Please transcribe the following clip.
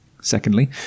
Secondly